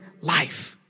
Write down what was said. life